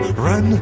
Run